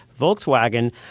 Volkswagen